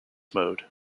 mode